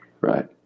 Right